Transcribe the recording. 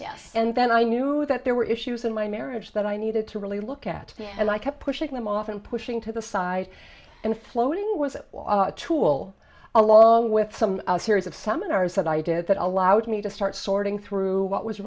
yes and then i knew that there were issues in my marriage that i needed to really look at and i kept pushing them off and pushing to the side and floating was it will along with some series of seminars that i did that allowed me to start sorting through what was